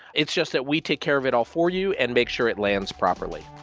it's just that we take care of it all for you and make sure it lands properly.